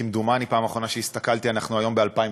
כמדומני, פעם אחרונה שהסתכלתי, אנחנו היום ב-2016,